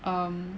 um